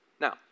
Now